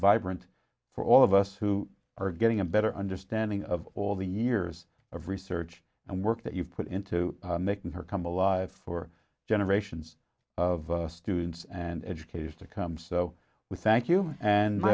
vibrant for all of us who are getting a better understanding of all the years of research and work that you've put into making her come alive for generations of students and educators to come so we thank you and